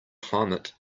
climate